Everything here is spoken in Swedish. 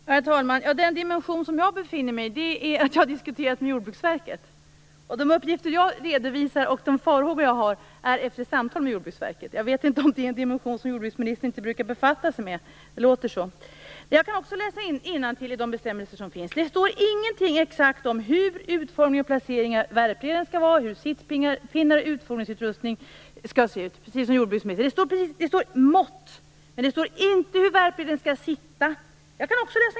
Herr talman! Den dimension som jag befinner mig i är att jag har diskuterat med Jordbruksverket. De uppgifter jag redovisar och de farhågor jag har kommer efter samtal med Jordbruksverket. Jag vet inte om det är en dimension som jordbruksministern inte brukar befatta sig med. Det låter så. Jag kan också läsa innantill i de bestämmelser som finns, Annika Åhnberg. Det står inte exakt hur utformning och placering av värpreden skall vara eller hur sittpinnar och utfodringsutrustning skall se ut. Det står mått, men det står inte hur värpreden skall sitta.